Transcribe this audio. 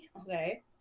okay